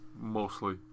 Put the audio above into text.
Mostly